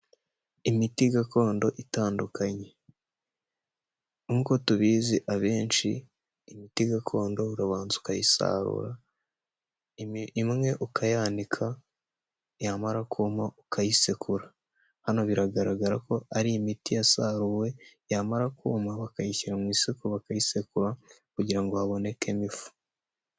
Imiti gakondo itandukanye nkuko tubizi, abenshi imiti gakondo urabanza ukayisarura imwe ukayanika yamara kumpa ukayisekura hano biragaragara ko ari imiti yasaruwe yamara kuma bakayishyira mu isoko bakayisekura kugira ngo habonekemo ifu.